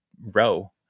row